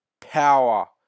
power